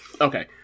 Okay